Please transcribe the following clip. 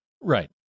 Right